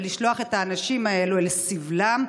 ולשלוח את האנשים האלה אל סבלם,